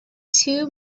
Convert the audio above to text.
two